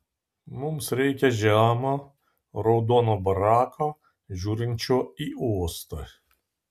mums reikia žemo raudono barako žiūrinčio į uostą